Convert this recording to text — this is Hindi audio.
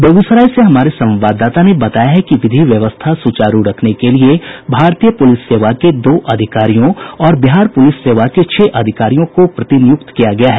बेगूसराय से हमारे संवाददाता ने बताया है कि विधि व्यवस्था सुचारू रखने के लिए भारतीय पुलिस सेवा के दो अधिकारियों और बिहार पुलिस सेवा के छह अधिकारियों को प्रतिनियुक्त किया गया है